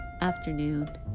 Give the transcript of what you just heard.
afternoon